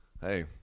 Hey